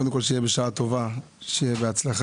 קודם כול שיהיה בשעה טובה, שיהיה בהצלחה.